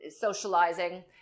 socializing